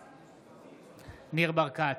נגד ניר ברקת,